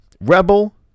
Rebel